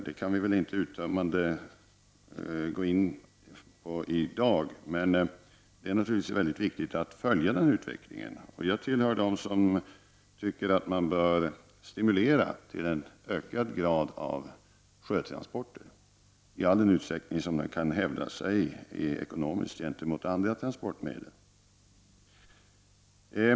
Det kan vi inte uttömmande gå in på i dag, men det är naturligtvis mycket viktigt att följa den här utvecklingen. Jag tillhör dem som anser att man bör stimulera till en ökad grad av sjötransporter i all den utsträckning de kan hävda sig ekonomiskt gentemot andra transportsätt.